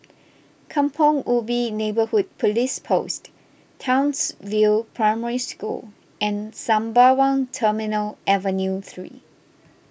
Kampong Ubi Neighbourhood Police Post Townsville Primary School and Sembawang Terminal Avenue three